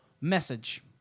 message